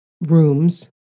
rooms